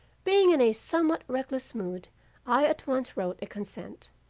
being in a somewhat reckless mood i at once wrote a consent,